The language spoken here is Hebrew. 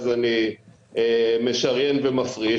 אז אני משריין ומפריש,